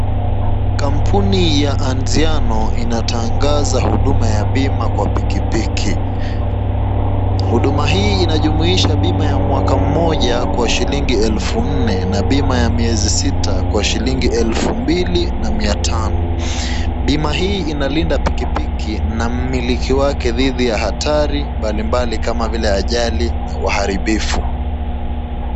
Kampuni ya Anziano inatangaza bima kwa pikipiki. Huduma hii inajumuisha bima ya mwaka mmoja kwa shilingi elfu nne na bima ya miezi sita kwa shilingi elfu mbili na mia tano. Bima hii inalinda pikipiki na mmiliki wake dhidi ya hatari mbalimbali kama vile ajali na uharibifu.